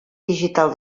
digital